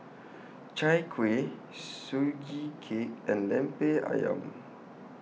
Chai Kueh Sugee Cake and Lemper Ayam